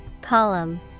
Column